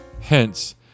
hence